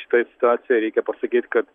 šitoj situacijoj reikia pasakyt kad